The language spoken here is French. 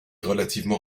relativement